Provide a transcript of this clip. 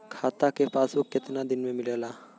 खाता के पासबुक कितना दिन में मिलेला?